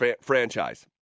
franchise